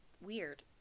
weird